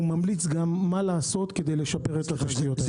הוא גם ממליץ מה לעשות כדי לשפר את התשתיות האלה.